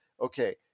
okay